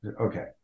Okay